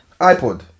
iPod